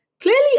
Clearly